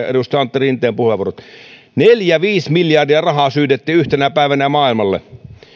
edustaja antti rinteen puheenvuorot neljä viisi miljardia rahaa syydettiin yhtenä päivänä maailmalle